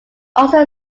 also